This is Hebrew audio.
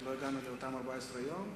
שלא הגענו לאותם 14 יום,